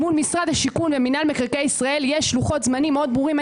מול משרד השיכון ומנהל מקרקעי ישראל יש לוחות-זמנים מאוד ברורים.